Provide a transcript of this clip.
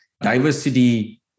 diversity